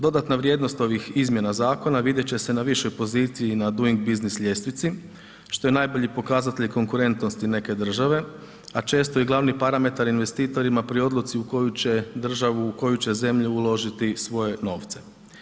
Dodatna vrijednost ovih izmjena zakona vidjet će se na više pozicija na Doing business, što je najbolji pokazatelj konkurentnosti neke države a često i glavni parametar investitorima pri odluci u koju će državu, u koju će zemlju uložiti svoje novce.